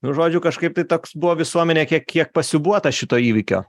nu žodžiu kažkaip tai toks buvo visuomenė kiek kiek pasiūbuota šito įvykio